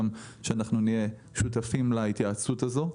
שאנחנו נהיה גם שותפים להתייעצות הזו.